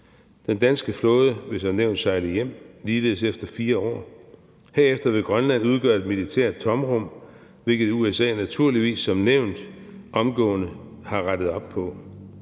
den danske flåde vil som nævnt sejle hjem – ligeledes efter 4 år – og herefter vil Grønland udgøre et militært tomrum, hvilket USA naturligvis, som nævnt, omgående vil rette op på.